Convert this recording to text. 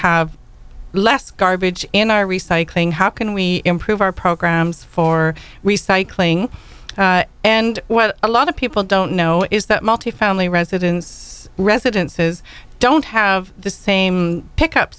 have less garbage in our recycling how can we improve our programs for recycling and what a lot of people don't know is that multi family residence residences don't have the same pick up